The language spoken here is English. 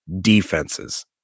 defenses